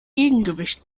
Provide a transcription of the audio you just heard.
gegengewicht